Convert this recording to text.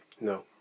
No